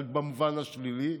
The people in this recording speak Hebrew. רק במובן השלילי.